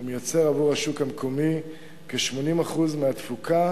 הוא מייצר עבור השוק המקומי כ-80% מהתפוקה,